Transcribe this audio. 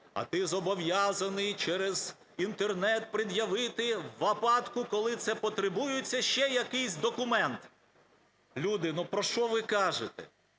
а ти зобов'язаний через Інтернет пред'явити у випадку, коли це потребується, ще якийсь документ. Люди, ну, про що ви кажете?